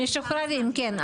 משוחררים, כן.